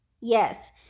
Yes